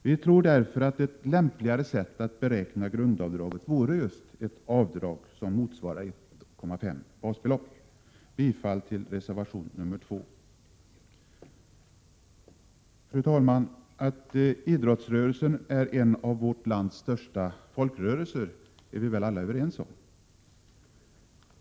Vi tror därför att ett lämpligare sätt att beräkna grundavdraget vore ett avdrag som motsvarar ett och ett halvt basbelopp. Jag yrkar bifall till reservation nr 2. Fru talman! Att idrottsrörelsen är en av vårt lands största folkrörelser är vi väl alla överens om.